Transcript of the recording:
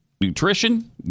nutrition